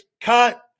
cut